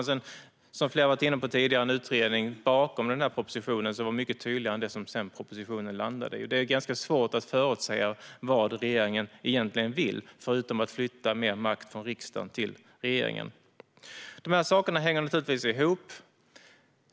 Som flera varit inne på var utredningen bakom propositionen mycket tydligare än det propositionen sedan landade i. Det är ganska svårt att förutsäga vad regeringen egentligen vill, förutom att flytta mer makt från riksdagen till regeringen. Dessa saker hänger givetvis ihop.